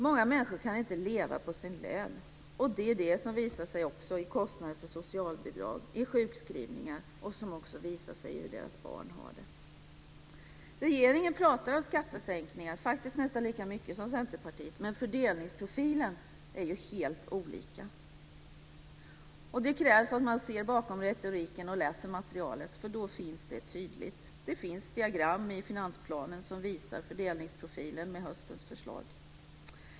Många människor kan inte leva på sin lön, och det är också det som visar sig i kostnader för socialbidrag, i sjukskrivningar och i hur deras barn har det. Regeringen pratar om skattesänkningar, faktiskt nästan lika mycket som Centerpartiet, men fördelningsprofilen är helt olika. Det krävs att man ser bakom retoriken och läser materialet, för då syns det tydligt. Det finns diagram i finansplanen som visar fördelningsprofilen i höstens förslag.